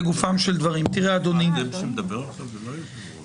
אביעד, לא מתאים לך.